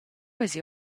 eisi